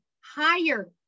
higher